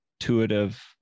intuitive